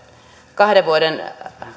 kahden vuoden